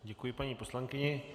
Děkuji paní poslankyni.